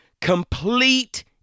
complete